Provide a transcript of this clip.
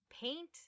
paint